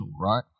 right